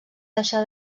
deixar